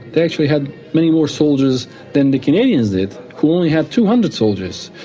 they actually had many more soldiers than the canadians did, who only had two hundred soldiers.